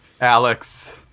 Alex